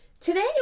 Today